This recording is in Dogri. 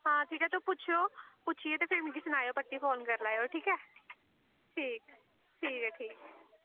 हां ठीक ऐ तुस पुच्छेओ पुच्छियै ते फिर मिगी सनाएओ परतियै फोन करी लैएओ ठीक ऐ ठीक ठीक ऐ ठीक ऐ ठीक ऐ